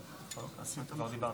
כנסת נכבדה,